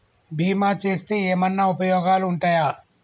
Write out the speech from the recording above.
బీమా చేస్తే ఏమన్నా ఉపయోగాలు ఉంటయా?